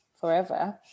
forever